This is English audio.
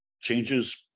changes